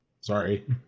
Sorry